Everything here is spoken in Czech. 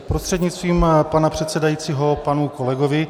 Prostřednictvím pana předsedajícího panu kolegovi.